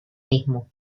mismo